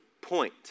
point